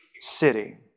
city